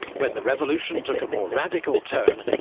when the revolution took a more radical turn,